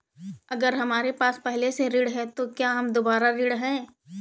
अगर हमारे पास पहले से ऋण है तो क्या हम दोबारा ऋण हैं?